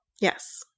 Yes